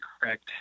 correct